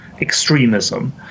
extremism